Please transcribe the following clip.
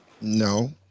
no